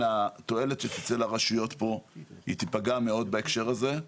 התועלת שתצא לרשויות פה היא תיפגע מאוד בהקשר הזה.